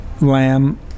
lamb